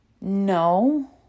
No